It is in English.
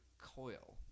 Coil